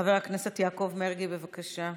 חבר הכנסת יעקב מרגי, בבקשה.